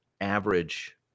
average